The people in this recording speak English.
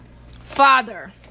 father